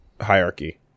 hierarchy